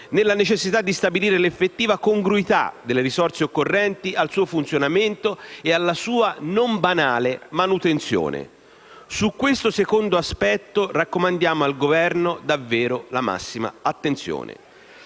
dalla necessità di stabilire l'effettiva congruità delle risorse occorrenti al suo funzionamento e alla sua non banale manutenzione. Su questo secondo aspetto raccomandiamo al Governo davvero la massima attenzione.